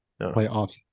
playoffs